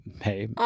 hey